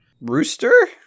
Rooster